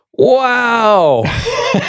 Wow